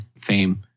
fame